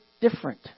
different